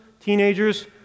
teenagers